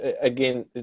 again